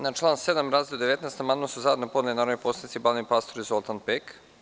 Na član 7. razdeo 19 amandman su zajedno podneli narodni poslanici Balint Pastor i Zoltan Pek.